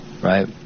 right